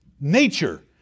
nature